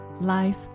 life